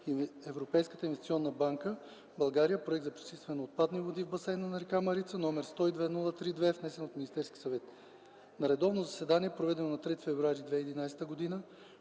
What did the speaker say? Европейската инвестиционна банка (България – проект за пречистване на отпадъчни води в басейна на река Марица), № 102-03-2, внесен от Министерския съвет На редовно заседание, проведено на 3 февруари 2011 г.,